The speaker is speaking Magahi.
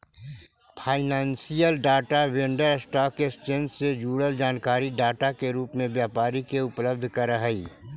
financial data vendor stock exchange से जुड़ल जानकारी डाटा के रूप में व्यापारी के उपलब्ध करऽ हई